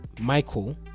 michael